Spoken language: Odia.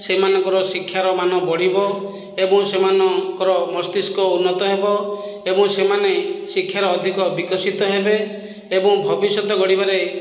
ସେମାନଙ୍କର ଶିକ୍ଷାର ମାନ ବଢ଼ିବ ଏବଂ ସେମାନଙ୍କର ମସ୍ତିଷ୍କ ଉନ୍ନତ ହେବ ଏବଂ ସେମାନେ ଶିକ୍ଷାର ଅଧିକ ବିକଶିତ ହେବେ ଏବଂ ଭବିଷ୍ୟତ ଗଢ଼ିବାରେ